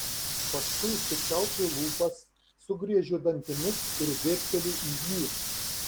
paskui sučiaupiu lūpas sugriežiu dantimis ir dėbteliu į jį